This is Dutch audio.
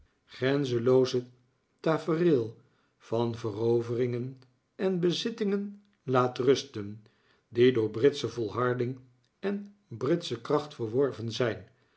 grenzenlooze tafereel van veroveringen en bezittingen laat rusten die door britsche volharding en britsche kracht verworven zijn